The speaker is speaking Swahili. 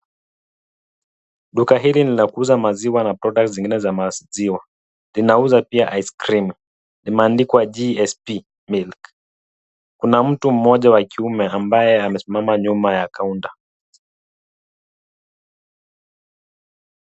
Duka hili ni la kuuza maziwa na product zingine za maziwa, linauza pia ice creem , limeandikwa PSG milk Kuna mtu moja wa kiume ambaye amesimama nyuma ya counter